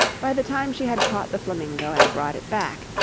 by the time she had caught the flamingo and brought it back,